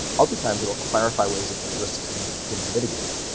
other times, it will clarify ways that those risks can be mitigated,